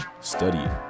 study